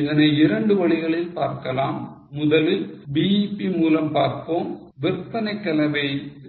இதனை இரண்டு வழிகளில் பார்க்கலாம் முதலில் BEP மூலம் பார்ப்போம் விற்பனை கலவை